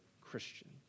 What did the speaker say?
Christian